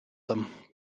them